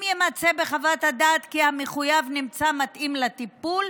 אם יימצא בחוות הדעת כי המחויב נמצא מתאים לטיפול,